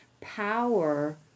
power